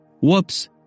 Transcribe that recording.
Whoops